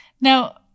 Now